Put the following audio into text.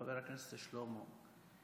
חבר הכנסת שלמה,